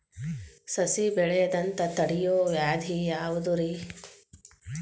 ಸಸಿ ಬೆಳೆಯದಂತ ತಡಿಯೋ ವ್ಯಾಧಿ ಯಾವುದು ರಿ?